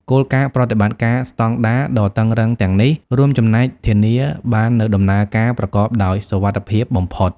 គោលការណ៍ប្រតិបត្តិការស្តង់ដារ ដ៏តឹងរ៉ឹងទាំងនេះរួមចំណែកធានាបាននូវដំណើរការប្រកបដោយសុវត្ថិភាពបំផុត។